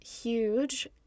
huge